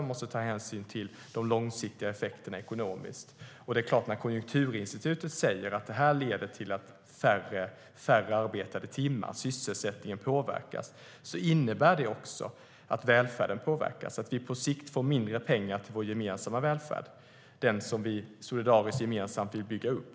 Hon måste ta hänsyn till de långsiktiga ekonomiska effekterna. När Konjunkturinstitutet säger att höjd skatt leder till färre arbetade timmar, att sysselsättningen påverkas, innebär det också att välfärden påverkas. Vi får på sikt mindre pengar till vår gemensamma välfärd, den som vi solidariskt och gemensamt vill bygga upp.